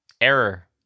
Error